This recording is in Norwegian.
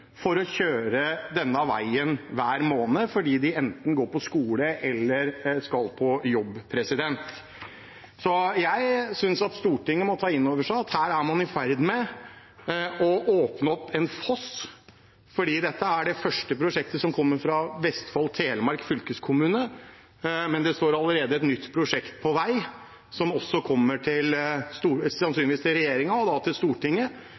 for å kjøre denne veien fordi de enten går på skole eller skal på jobb. Jeg synes at Stortinget må ta inn over seg at her er man i ferd med å åpne opp en foss. Dette er det første prosjektet som kommer fra Vestfold og Telemark fylkeskommune, men det er allerede et nytt prosjekt på vei som sannsynligvis kommer til regjeringen og da til Stortinget